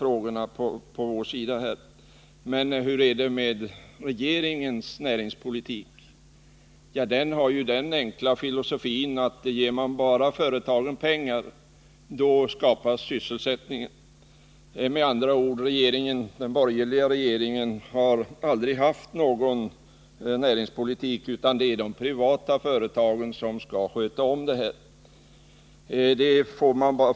Men hur förhåller det sig med regeringens näringspolitik? Jo, den grundar sig på den enkla filosofin, att ger man bara företagen pengar, skapas också sysselsättning. Med andra ord, den borgerliga regeringen har aldrig haft någon näringspolitik, utan det är de privata företagen som skall sköta om det hela.